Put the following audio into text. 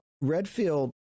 Redfield